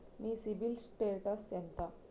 మీ CIBIL status ఎంత?